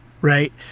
right